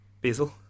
Basil